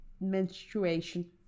menstruation